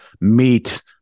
meet